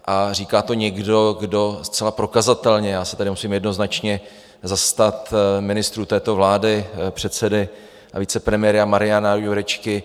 A říká to někdo, kdo zcela prokazatelně já se tady musím jednoznačně zastat ministrů této vlády, předsedy a vicepremiéra Mariana Jurečky.